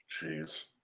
Jeez